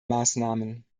maßnahmen